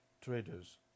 traders